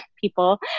people